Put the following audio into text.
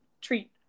treat